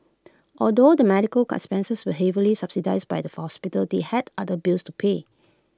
although the medical con expenses were heavily subsidised by the hospital they had other bills to pay